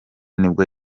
nibwo